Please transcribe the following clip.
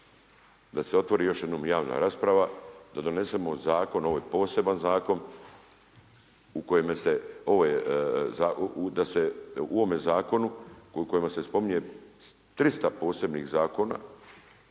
da se otvori još jednom javna rasprava, da donesemo zakon ovo je poseban zakon u kojem se da, u ovome zakonu koliko se spominje 300 posebnih zakona,